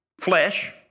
flesh